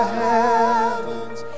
heavens